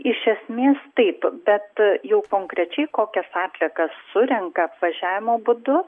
iš esmės taip bet jau konkrečiai kokias atliekas surenka apvažiavimo būdu